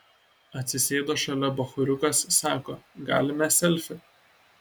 atsisėdo šalia bachūriukas sako galime selfį